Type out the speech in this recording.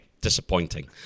disappointing